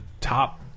top